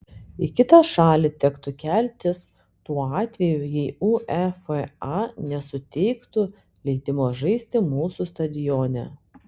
į kitą šalį tektų keltis tuo atveju jei uefa nesuteiktų leidimo žaisti mūsų stadione